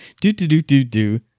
Do-do-do-do-do